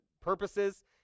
purposes